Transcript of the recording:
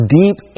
deep